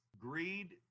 greed